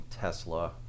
Tesla